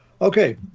okay